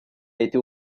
été